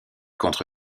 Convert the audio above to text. contre